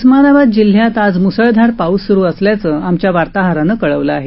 उस्मानाबाद जिल्ह्यात आज मुसळधार पाऊस सुरु असल्याचं आमच्या वार्ताहरानं कळवलं आहे